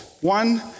One